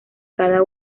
cada